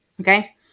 okay